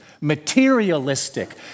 materialistic